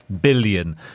billion